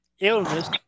illness